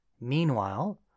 Meanwhile